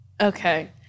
okay